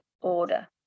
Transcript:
order